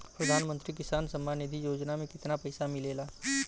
प्रधान मंत्री किसान सम्मान निधि योजना में कितना पैसा मिलेला?